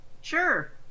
Sure